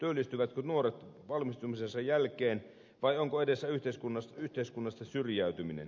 työllistyvätkö nuoret valmistumisensa jälkeen vai onko edessä yhteiskunnasta syrjäytyminen